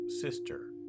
sister